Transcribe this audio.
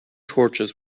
torches